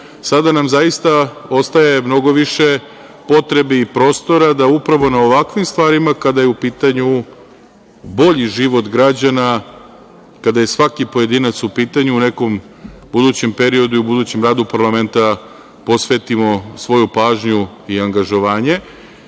nam zaista ostaje mnogo više potrebe i prostora da upravo na ovakvim stvarima kada je u pitanju bolji život građana, kada je svaki pojedinac u pitanju u nekom budućem periodu i budućem radu parlamenta posvetimo svoju pažnju i angažovanje